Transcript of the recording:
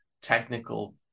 technical